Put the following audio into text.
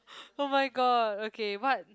oh-my-god okay what